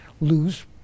lose